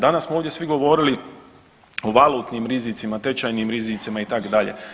Danas smo ovdje svi govorili o valutnim rizicima, tečajnim rizicima itd.